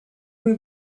were